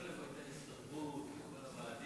למה אתה לא שואל את ההסתדרות, את הוועדים?